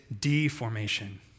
deformation